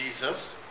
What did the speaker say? Jesus